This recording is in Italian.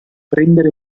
prendere